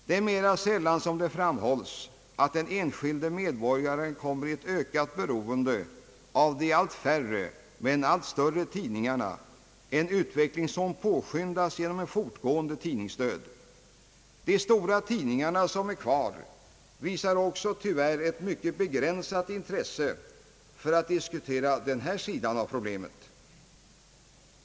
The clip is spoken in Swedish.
Det är mera sällan som det framhålles att den enskilde medborgaren kommer i ett ökat beroende av de allt färre men allt större tidningarna — en utveckling som påskyndas genom den fortgående tidningsdöden. De stora tidningarna som är kvar visar också tyvärr ett mycket begränsat intresse för att diskutera denna sida av problemet.